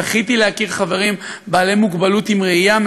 זכיתי להכיר חברים עם מוגבלות בראייה,